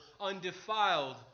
undefiled